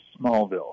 Smallville